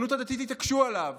שהציונות הדתית התעקשו עליו